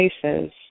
places